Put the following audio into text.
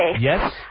Yes